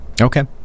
Okay